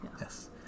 Yes